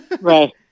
Right